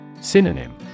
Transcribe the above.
Synonym